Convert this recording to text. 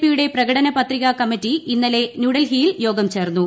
പിയുടെ പ്രകടന പത്രിക കമ്മിറ്റി ഇന്നലെ ന്യൂഡൽഹിയിൽ യോഗം ചേർന്നു